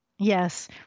Yes